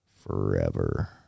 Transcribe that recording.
forever